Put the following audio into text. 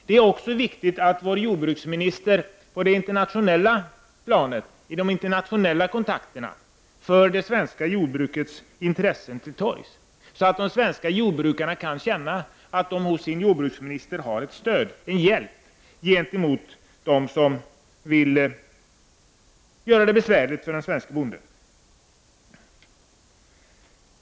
Det är också viktigt att vår jordbruksminister vid internationella kontakter för det svenska jordbrukets intressen till torgs, så att de svenska jordbrukarna kan känna att de hos sin jordbruksminister har stöd och hjälp gentemot dem som vill göra det besvärligt för de svenska bönderna.